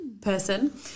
person